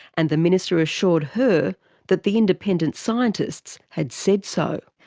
and the minister assured her that the independent scientists had said so.